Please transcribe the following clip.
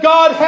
God